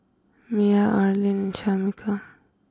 Mia Arlyne Shamika